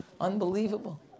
Unbelievable